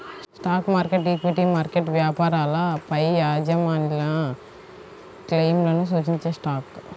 stock market, equity market వ్యాపారాలపైయాజమాన్యక్లెయిమ్లను సూచించేస్టాక్